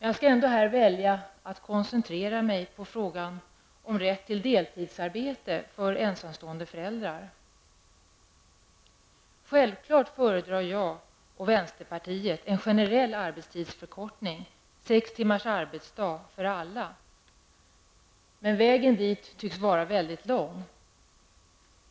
Jag skall koncentrera mig på frågan om rätten till deltidsarbete för ensamstående föräldrar. Självklart föredrar jag och vänsterpartiet en generell förkortning av arbetsdagen till sex timmar för alla. Men vägen dit tycks vara väldigt lång.